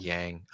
Yang